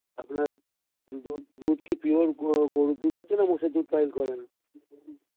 আপনার দুধ দুধ কি পিওর গো গরুর দুধ আছে নাকি মোষের দুধ পাইল করেন